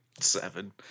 Seven